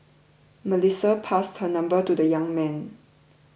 Melissa passed her number to the young man